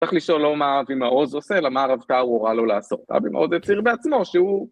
צריך לשאול לא מה אבימה עוז עושה, אלא מה רב קאר הוראה לו לעשות, אבימה עוז היציר בעצמו שהוא...